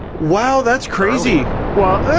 wow, that's crazy. well,